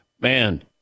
man